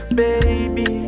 baby